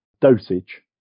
dosage